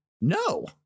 No